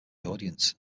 audience